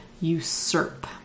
usurp